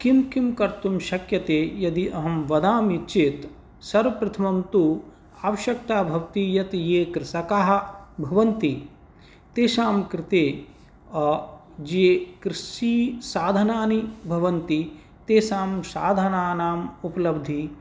किं किं कर्तृं शक्यते यदि अहं वदामि चेत् सर्वप्रथमं तु आवश्यकता भवति यत् ये कृषकाः भवन्ति तेषां कृते ये कृषिसाधनानि भवन्ति तेषां साधनानाम् उपलब्धिः